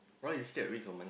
why you scared waste of money